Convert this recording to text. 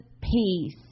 peace